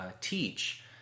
teach